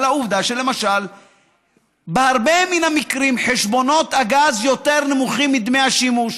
על העובדה שבהרבה מן המקרים חשבונות הגז יותר נמוכים מדמי השימוש,